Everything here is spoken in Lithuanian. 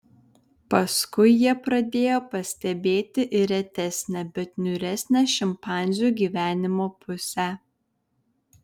paskui jie pradėjo pastebėti ir retesnę bet niūresnę šimpanzių gyvenimo pusę